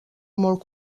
molt